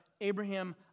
Abraham